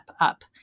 up